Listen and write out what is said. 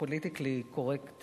הפוליטיקלי-קורקט